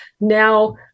Now